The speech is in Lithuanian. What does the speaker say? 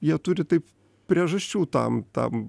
jie turi taip priežasčių tam tam